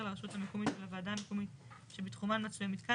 לרשות המקומית ולוועדה המקומית שבתחומן מצוי המיתקן,